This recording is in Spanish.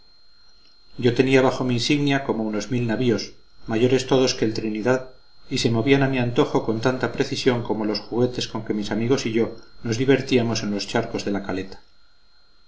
yo tenía bajo mi insignia como unos mil navíos mayores todos que el trinidad y se movían a mi antojo con tanta precisión como los juguetes con que mis amigos y yo nos divertíamos en los charcos de la caleta